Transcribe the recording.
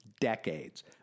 decades